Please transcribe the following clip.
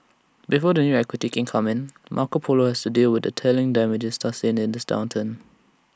before the new equity can come in Marco Polo has to deal with the telling damages sustained in this downturn